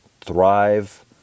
thrive